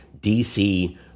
DC